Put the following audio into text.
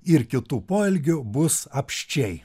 ir kitų poelgių bus apsčiai